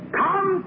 come